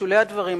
בשולי הדברים,